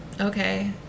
Okay